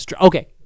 okay